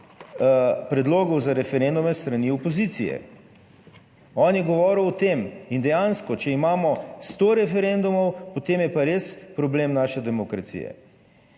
predlogov za referendume s strani opozicije. On je govoril o tem in dejansko, če imamo sto referendumov, potem je pa res problem naše demokracije.